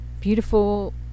beautiful